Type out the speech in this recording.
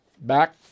Back